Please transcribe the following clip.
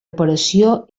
operació